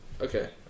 okay